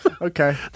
okay